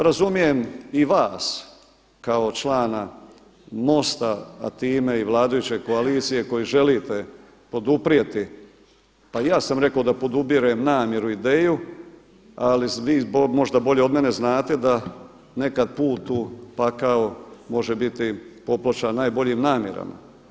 Razumijem i vas kao članak MOST-a a time i vladajuće koalicije koju želite poduprijeti, pa i ja sam rekao da podupirem namjeru i ideju ali vi možda bolje od mene znate da nekada put u pakao može biti popločen najboljim namjerama.